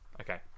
okay